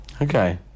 okay